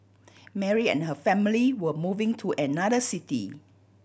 Mary and her family were moving to another city